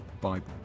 Bible